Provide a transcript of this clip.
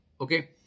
Okay